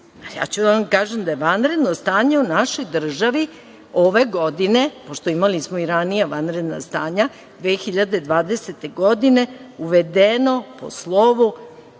Ja ću da vam kažem da je vanredno stanje u našoj državi ove godine, pošto imali smo i ranije vanredna stanja 2020. godine uvedeno po slovu